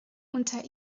unter